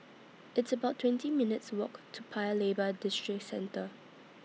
It's about twenty minutes' Walk to Paya Lebar Districentre